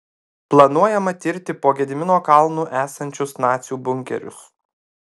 planuojama tirti po gedimino kalnu esančius nacių bunkerius